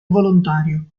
volontario